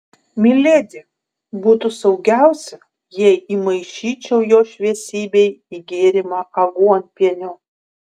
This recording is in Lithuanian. miledi būtų saugiausia jei įmaišyčiau jo šviesybei į gėrimą aguonpienio